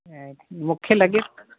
ऐं मूंखे लॻे